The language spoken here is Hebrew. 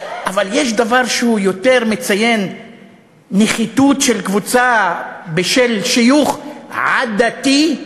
אבל יש דבר שיותר מציין נחיתות של קבוצה בשל שיוך עדתי?